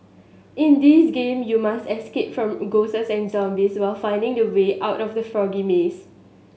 in this game you must escape from ghosts and zombies while finding the way out of the foggy maze